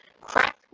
Crack